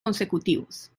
consecutivos